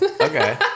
Okay